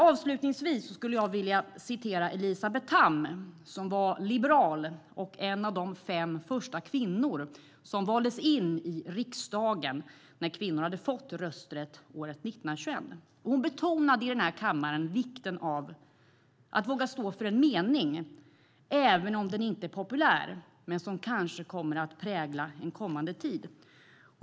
Avslutningsvis skulle jag vilja citera Elisabeth Tamm, som var liberal och en av de fem första kvinnor som valdes in i riksdagen sedan kvinnor hade fått rösträtt 1921. Hon betonade i kammaren vikten av att våga stå för en mening som även om den inte är populär kanske kommer att prägla en kommande tid.